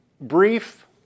brief